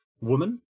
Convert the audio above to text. woman